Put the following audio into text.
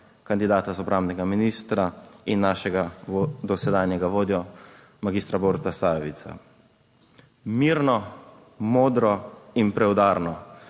kandidata za obrambnega ministra in našega dosedanjega vodjo, magistra Boruta Sajovica. Mirno, modro in preudarno